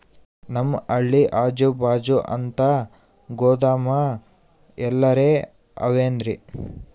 ನಮ್ ಹಳ್ಳಿ ಅಜುಬಾಜು ಅಂತ ಗೋದಾಮ ಎಲ್ಲರೆ ಅವೇನ್ರಿ?